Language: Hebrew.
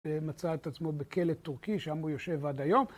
ומצא את עצמו בכלא טורקי, שם הוא יושב עד היום.